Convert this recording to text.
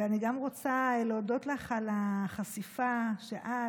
אני גם רוצה להודות לך על החשיפה שאת